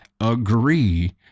agree